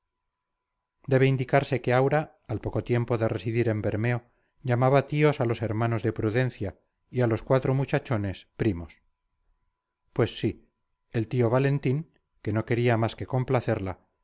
debe indicarse que aura al poco tiempo de residir en bermeo llamaba tíos a los hermanos de prudencia y a los cuatro muchachones primos pues sí el tío valentín que no quería más que complacerla